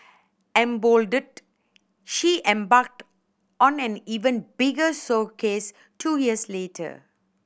emboldened she embarked on an even bigger showcase two years later